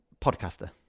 podcaster